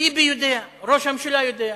ביבי יודע, ראש הממשלה יודע.